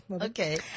Okay